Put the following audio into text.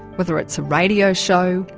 whether it's a radio show,